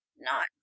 Not